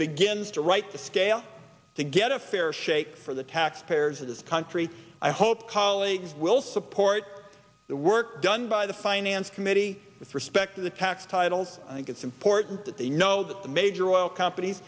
begins to write the scale to get a fair shake for the taxpayers of this country i hope colleagues will support the work done by the finance committee with respect to the tax titled i think it's important that they know that the major oil companies